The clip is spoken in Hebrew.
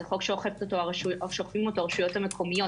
זה חוק שאוכפים אותו הרשויות המקומיות.